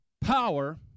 power